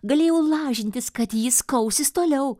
galėjau lažintis kad jis kausis toliau